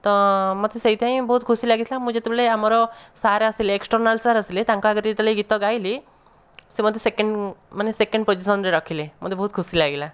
ତ ମୋତେ ସେଇଥିପାଇଁ ବହୁତ ଖୁସି ଲାଗିଥିଲା ମୁଁ ଯେତେବେଳେ ଆମର ସାର୍ ଆସିଲେ ଏକ୍ସଟରନାଲ ସାର୍ ଆସିଲେ ତାଙ୍କ ଆଗରେ ଯେତେବେଳେ ଗୀତ ଗାଇଲି ସେ ମୋତେ ସେକଣ୍ଡ ମାନେ ସେକଣ୍ଡ ପୋଜିସନରେ ରଖିଲେ ମୋତେ ବହୁତ ଖୁସି ଲାଗିଲା